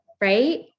Right